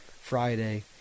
Friday